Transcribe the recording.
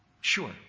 Sure